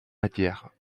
matière